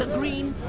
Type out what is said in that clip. ah green